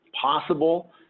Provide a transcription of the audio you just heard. possible